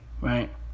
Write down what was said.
right